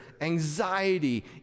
anxiety